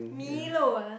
Milo ah